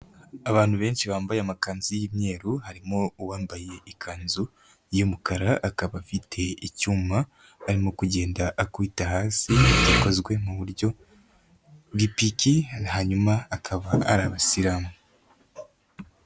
Abantu benshi bambaye amakanzu y'imyeru, harimo uwambaye ikanzu y'umukara, akaba afite icyuma arimo kugenda akubita hasi, gikozwe mu buryo bw'ipiki, hanyuma akaba ari abasilamu.